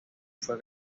fue